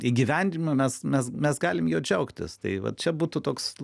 įgyvendinimą mes mes mes galim juo džiaugtis tai vat čia būtų toks